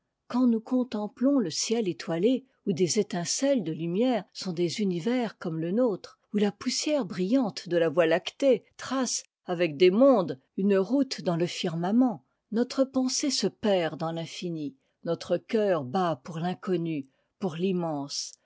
quand nous contemplons le ciel étoilé où des étincelles de lumière sont des univers comme le nôtre où la poussière brillante de la voie lactée trace avec des mondes une route dans le firmament notre pensée se perd dans l'infini notre cœur bat pour l'in connu pour l'immense